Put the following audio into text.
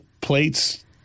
plates